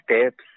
steps